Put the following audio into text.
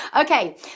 Okay